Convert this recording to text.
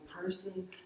person